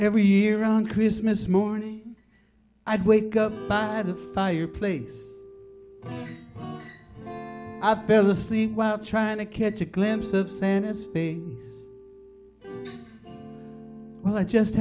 every year on christmas morning i'd wake up by the fireplace i fell asleep while trying to catch a glimpse of santa just being well i just